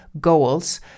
goals